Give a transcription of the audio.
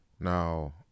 Now